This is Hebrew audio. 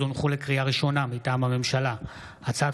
הצעת